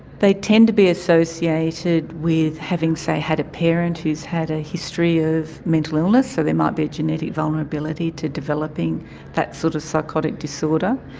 they tend to be associated with having, say, had a parent who has had a history of mental illness, so there might be a genetic vulnerability to developing that sort of psychotic disorder.